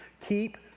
keep